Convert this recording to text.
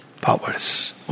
powers